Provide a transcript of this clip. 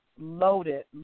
loaded